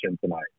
tonight